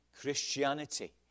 Christianity